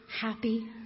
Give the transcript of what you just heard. happy